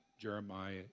Jeremiah